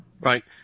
Right